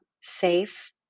safe